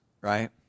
right